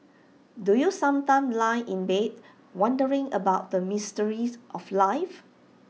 do you sometimes lie in bed wondering about the mysteries of life